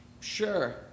Sure